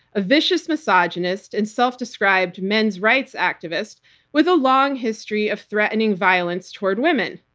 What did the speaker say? a vicious misogynist and self-described men's rights activist with a long history of threatening violence toward women.